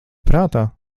prātā